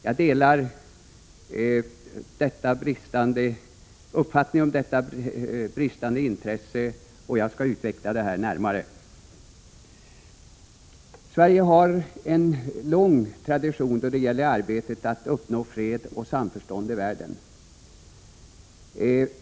Jag delar uppfattningen om detta bristande intresse, och jag skall utveckla detta närmare. Sverige har en lång tradition då det gäller arbetet att uppnå fred och samförstånd i världen.